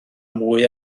mwy